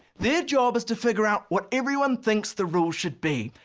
their job is to figure out what everyone thinks the rules should be.